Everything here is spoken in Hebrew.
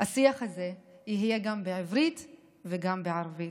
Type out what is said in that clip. השיח הזה יהיה גם בעברית וגם בערבית.